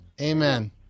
Amen